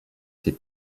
ses